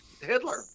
Hitler